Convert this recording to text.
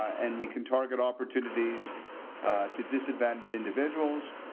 and we can target opportunities to disadvantage individuals.